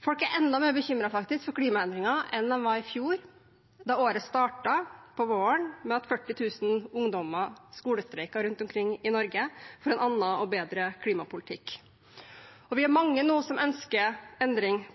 Folk er faktisk enda mer bekymret for klimaendringer i år enn i fjor, da året startet, på våren, med at 40 000 ungdommer skolestreiket rundt omkring i Norge for en annen og bedre klimapolitikk. Vi er nå mange som ønsker endring,